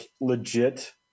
legit